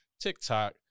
tiktok